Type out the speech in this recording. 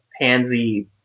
pansy